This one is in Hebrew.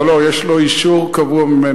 לא, לא, יש לו אישור קבוע ממני.